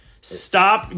Stop